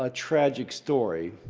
ah tragic story.